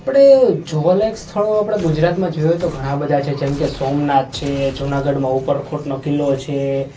આપણે જોવા લાયક સ્થળો આપણે ગુજરાતમાં જોઈએ તો ઘણા બધા છે જેમકે સોમનાથ છે જુનાગઢમાં ઉપરકોટનો કિલ્લો છે